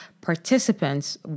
participants